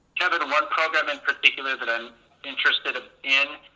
kevin, one program in particular but and interested ah in,